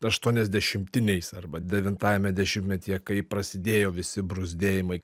aštuoniasdešimtiniais arba devintajame dešimtmetyje kai prasidėjo visi bruzdėjimai